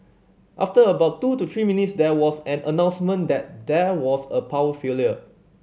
after about two to three minutes there was an announcement that there was a power failure